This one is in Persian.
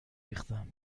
ریختم